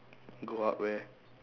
go out where